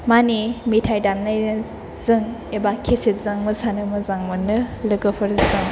माने मेथाइ दामनाय जों एबा खेसेटजों मोसानो मोजां मोनो लोगोफोरजों